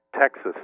Texas